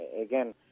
again